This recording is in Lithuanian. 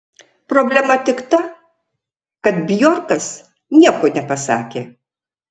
problema tik ta kad bjorkas nieko nepasakė